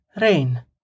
Rain